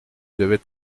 devait